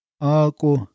Aku